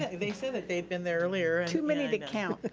ah they said that they'd been there earlier. too many to count.